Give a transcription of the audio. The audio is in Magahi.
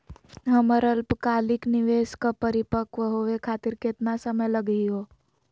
हमर अल्पकालिक निवेस क परिपक्व होवे खातिर केतना समय लगही हो?